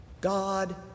God